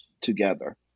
together